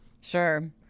Sure